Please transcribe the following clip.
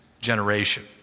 generation